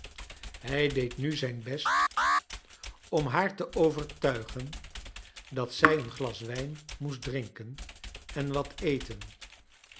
hij deed nu zijn best om haar te overtuigen dat zij een glas wrjn moest drinken en wat eten